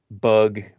bug